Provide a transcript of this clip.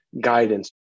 guidance